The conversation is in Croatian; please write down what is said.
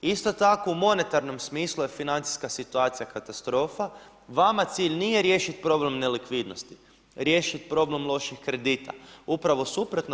Isto tako u monetarnom smislu je financijska situacija katastrofa, vama cilj nije riješiti problem nelikvidnosti, riješiti problem loših kredita, upravo suprotno.